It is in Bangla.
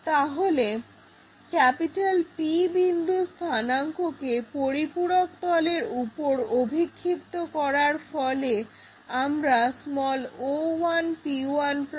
তাহলে P বিন্দুর স্থানাঙ্কগুলোকে পরিপূরক তলের উপর অভিক্ষিপ্ত করার ফলে আমরা o1p1 পাই